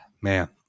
Man